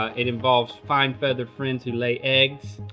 ah it involves fine, feathered friends who lay eggs.